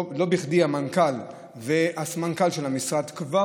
לא בכדי המנכ"ל והסמנכ"ל של המשרד כבר